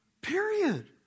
Period